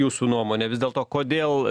jūsų nuomone vis dėlto kodėl